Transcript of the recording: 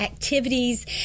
activities